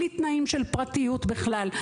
בלי תנאים של פרטיות בכלל,